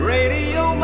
Radio